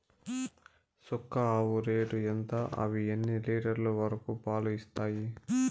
చుక్క ఆవుల రేటు ఎంత? అవి ఎన్ని లీటర్లు వరకు పాలు ఇస్తాయి?